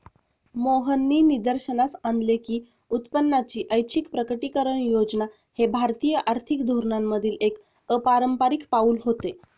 मोहननी निदर्शनास आणले की उत्पन्नाची ऐच्छिक प्रकटीकरण योजना हे भारतीय आर्थिक धोरणांमधील एक अपारंपारिक पाऊल होते